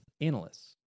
Analysts